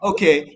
Okay